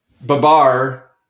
Babar